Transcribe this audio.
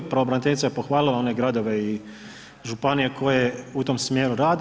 Pravobraniteljica je pohvalila one gradove i županije koje u tom smjeru rade.